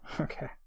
Okay